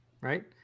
Right